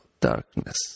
darkness